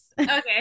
Okay